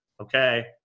Okay